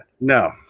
No